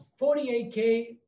48K